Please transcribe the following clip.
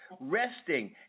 Resting